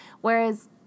Whereas